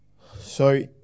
Sorry